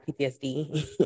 PTSD